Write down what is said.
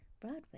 Broadway